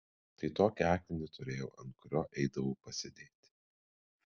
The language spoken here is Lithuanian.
tai tokį akmenį turėjau ant kurio eidavau pasėdėti